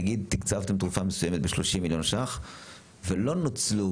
נגיד תקצבתם תרופה מסוימת ב-30 מיליון ₪ ולא נוצלו,